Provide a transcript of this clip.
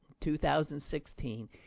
2016